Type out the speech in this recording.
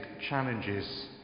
challenges